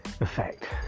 effect